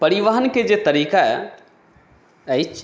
परिवहनके जे तरीका अछि